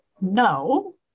No